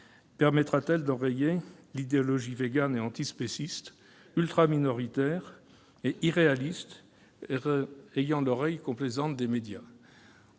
permettra-t-elle d'enrayer l'idéologie végane et antispéciste, ultra-minoritaire et irréaliste, ayant l'oreille complaisante des médias ?